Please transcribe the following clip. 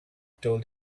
told